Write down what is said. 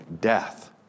death